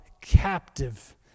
captive